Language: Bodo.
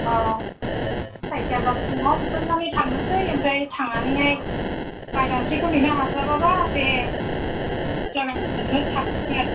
औ जायखिजाया फुङावनो ओंखारनानै थांनोसै ओमफ्राइ थांनानैहाय मायदांस्रिखौ नेनो हास्लाबाबा बे थांनोसै आरो